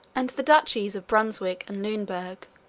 and the duchies of brunswick and luneburg,